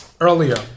earlier